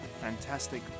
fantastic